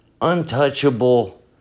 untouchable